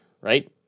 right